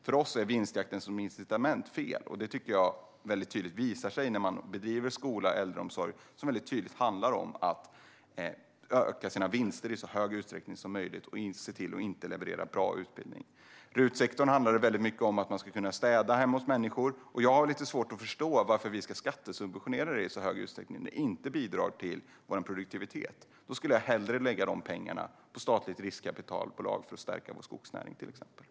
För oss är vinstjakten som incitament fel, och det tycker jag visar sig när skola och äldreomsorg bedrivs på ett sätt som tydligt handlar om att öka vinsterna i så stor utsträckning som möjligt i stället för att se till att leverera till exempel bra utbildning. I RUT-sektorn handlar det om att man ska kunna städa hemma hos människor, och jag har lite svårt att förstå varför vi ska skattesubventionera det i så stor utsträckning när det inte bidrar till vår produktivitet. Jag skulle hellre lägga de pengarna på ett statligt riskkapitalbolag för att stärka till exempel vår skogsnäring.